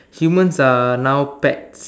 humans are now pets